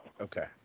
Okay